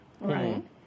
Right